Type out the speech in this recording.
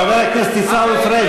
חבר הכנסת עיסאווי פריג',